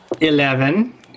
Eleven